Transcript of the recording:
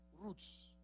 roots